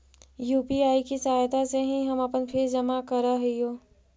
UPI की सहायता से ही हम अपन फीस जमा करअ हियो